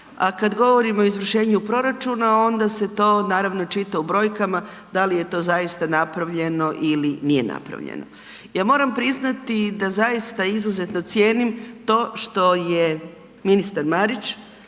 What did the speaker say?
a kad govorimo o izvršenju proračuna, onda se to naravno čita u brojkama, da li je to zaista napravljeno ili nije napravljeno. Ja moram priznati da zaista izuzetno cijenim to što je ministar Marić,